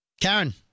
Karen